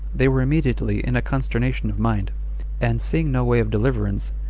they were immediately in a consternation of mind and seeing no way of deliverance,